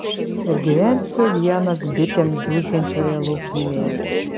ir gyvensiu vienas bitėm dūzgiančioje laukymėje